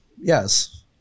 Yes